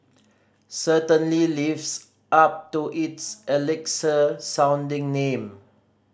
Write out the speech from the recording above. certainly lives up to its elixir sounding name